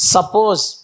Suppose